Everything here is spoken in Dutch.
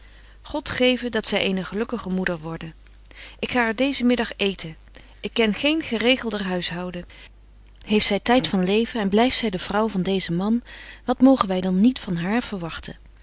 god geve dat zy eene gelukkige moeder worde ik ga er deezen middag eeten ik ken geen geregelder huishouden heeft zy tyd van leven en blyft zy de vrouw van deezen man wat mogen wy dan niet van haar verwagten